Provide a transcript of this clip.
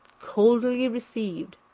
coldly received.